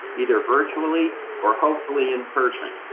either virtually or hopefully in person.